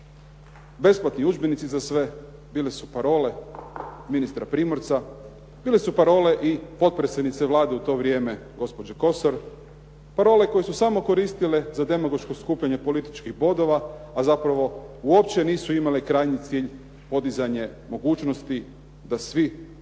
besplatni udžbenici za sve bile su parole ministra Primorca, bile su parole i potpredsjednice Vlade u to vrijeme gospođe Kosor, parole koje su samo koristile za demagoško skupljanje političkih bodova, a zapravo uopće nisu imale krajnji cilj podizanje mogućnosti da svi steknu